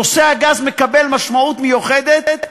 נושא הגז מקבל משמעות מיוחדת,